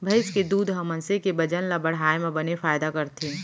भईंस के दूद ह मनसे के बजन ल बढ़ाए म बने फायदा करथे